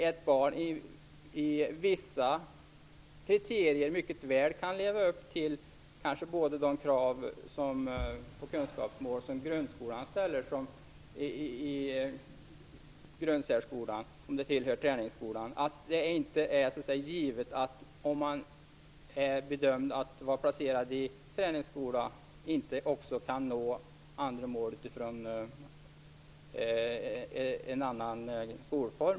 Ett barn kanske i vissa avseenden mycket väl kan leva upp till både de krav och kunskapsmål som grundskolan ställer och de som grundsärskolan ställer. Om man är bedömd att vara placerad i träningsskola är det inte givet att man inte också kan nå andra mål utifrån en annan skolform.